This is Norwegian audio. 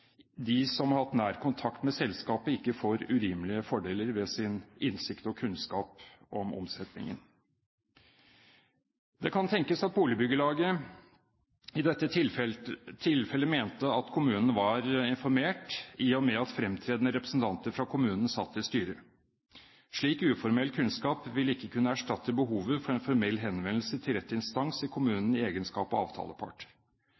de som har hatt nær kontakt med selskapet, ikke får urimelige fordeler ved sin innsikt og kunnskap om omsetningen. Det kan tenkes at boligbyggelaget i dette tilfellet mente at kommunen var informert i og med at fremtredende representanter fra kommunen satt i styret. Slik uformell kunnskap vil ikke kunne erstatte behovet for en formell henvendelse til rett instans i